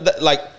like-